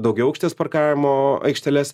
daugiaaukštės parkavimo aikšteles